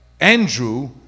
Andrew